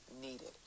needed